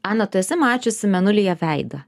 ana tu esi mačiusi mėnulyje veidą